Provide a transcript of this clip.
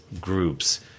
groups